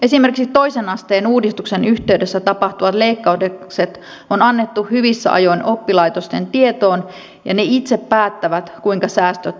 esimerkiksi toisen asteen uudistuksen yhteydessä tapahtuvat leikkaukset on annettu hyvissä ajoin oppilaitosten tietoon ja ne itse päättävät kuinka säästöt toteuttavat